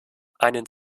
einen